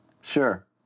Sure